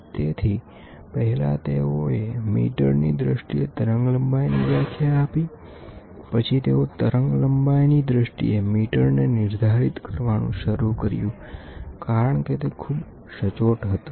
તેથી પહેલા તેઓએ મીટરની દ્રષ્ટિએ તરંગ લંબાઈની વ્યાખ્યા આપી પછી તેઓ તરંગલંબાઇની દ્રષ્ટિએ મીટરને નિર્ધારિત કરવાનું શરૂ કર્યું કારણ કે તે ખૂબ સચોટ હતું